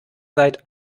seit